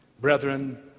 Brethren